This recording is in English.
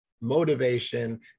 motivation